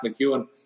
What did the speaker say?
McEwen